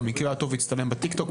שבמקרה הטוב יצטלם לטיק טוק,